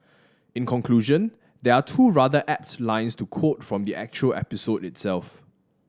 in conclusion there are two rather apt lines to quote from the actual episode itself